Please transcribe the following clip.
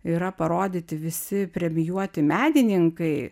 yra parodyti visi premijuoti menininkai